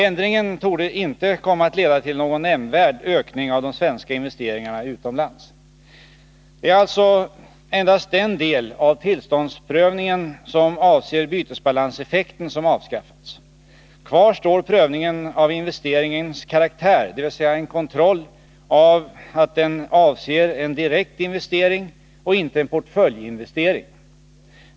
Ändringen torde inte komma att leda till någon nämnvärd ökning av de svenska investeringarna utomlands. Det är alltså endast den del av tillståndsprövningen som avser bytesbalanseffekten som avskaffats. Kvar står prövningen av investeringens karaktär, dvs. en kontroll av att den avser en direkt investering och inte en portföljinvestering.